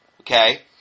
okay